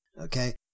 Okay